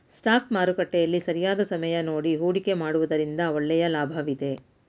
stock ಮಾರುಕಟ್ಟೆಯಲ್ಲಿ ಸರಿಯಾದ ಸಮಯ ನೋಡಿ ಹೂಡಿಕೆ ಮಾಡುವುದರಿಂದ ಒಳ್ಳೆಯ ಲಾಭವಿದೆ